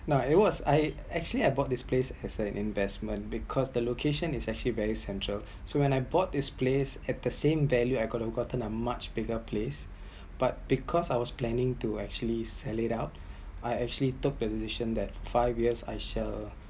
no it was I actually I bought this place as a investment because the location is actually very central so when I bought this place at the same value I could have gotten a much bigger place but because I was planning to actually sell it out I actually took decision that five years I shall